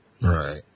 right